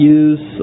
use